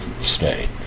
stay